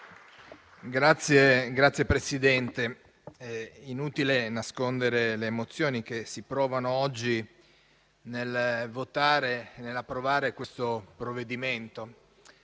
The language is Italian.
Signora Presidente, è inutile nascondere le emozioni che si provano oggi nel votare e nell'approvare questo provvedimento.